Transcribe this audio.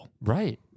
Right